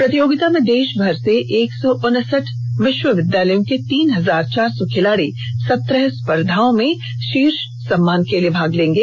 प्रतियोगिता में देशभर से एक सौ उनसठ विश्वविद्यालयों के तीन हजार चार सौ खिलाड़ी सत्रह स्पर्धाओं में शीर्ष सम्मान के लिए भाग लेंगे